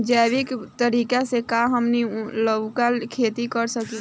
जैविक तरीका से का हमनी लउका के खेती कर सकीला?